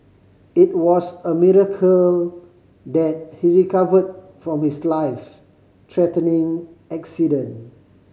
it was a miracle that he recovered from his life threatening accident